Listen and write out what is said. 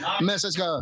message